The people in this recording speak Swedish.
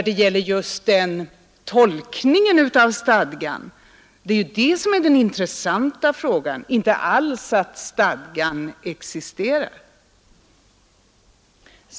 Det är just tolkningen av stadgan som är den intressanta frågan, inte alls att stadgan existerar.